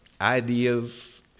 ideas